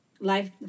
life